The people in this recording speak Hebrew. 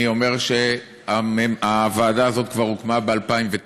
אני אומר שהוועדה הזאת כבר הוקמה ב-2009,